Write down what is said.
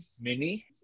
mini